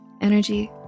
energy